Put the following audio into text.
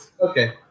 okay